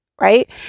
right